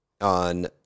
on